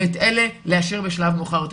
ואת אלה להשאיר לזמן מאוחר יותר.